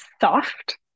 soft